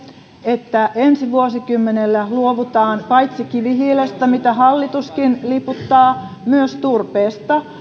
että ensi vuosikymmenellä luovutaan paitsi kivihiilestä mitä hallituskin liputtaa myös turpeesta